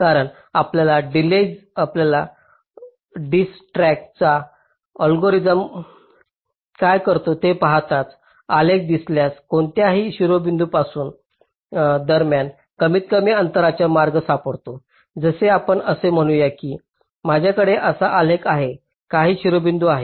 कारण आपल्याला दिजेख्साDijkstra'sचा अल्गोरिदम काय करतो हे पाहताच आलेख दिल्यास कोणत्याही शिरोबिंदू दरम्यान कमीतकमी अंतराचा मार्ग सापडतो जसे आपण असे म्हणू या की माझ्याकडे असा आलेख आहे काही शिरोबिंदू आहेत